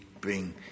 bring